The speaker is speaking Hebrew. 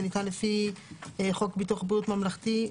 לפי חוק ביטוח בריאות ממלכתי?